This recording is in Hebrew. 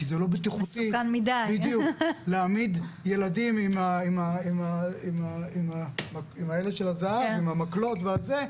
כי זה לא בטיחותי להעמיד ילדים עם המקלות והזה,